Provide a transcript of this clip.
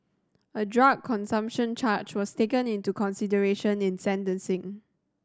a drug consumption charge was taken into consideration in sentencing